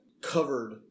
covered